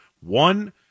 One